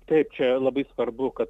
taip čia labai svarbu kad